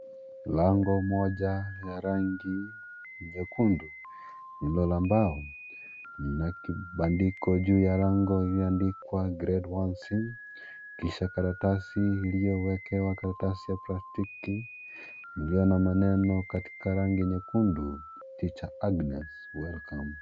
Lango moja ya rangi nyekundu lililo la mbao na kibandiko juu ya lango lililoandikwa grade 1c. Kisha karatasi iliyowekelewa karatasi ya plastiki iliyo na maneno katika rangi nyekundu, teacher Agnes, welcome .